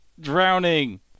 drowning